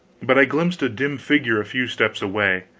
but i glimpsed a dim figure a few steps away.